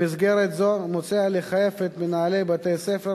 במסגרת זו מוצע לחייב את מנהלי בתי-הספר